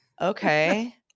Okay